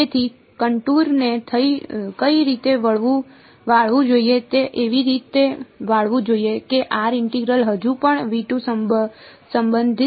તેથી કનટુર ને કઈ રીતે વાળવું જોઈએ તે એવી રીતે વાળવું જોઈએ કે r ઇન્ટિગ્રલ હજુ પણ સંબંધિત છે